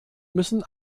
müssen